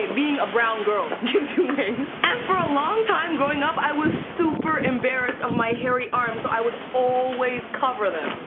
being a brown girl gives you wings. and for a long time growing up, i was super embarrassed of my hairy arms. so i would always cover them.